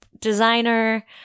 designer